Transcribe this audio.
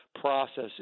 process